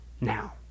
now